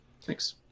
Thanks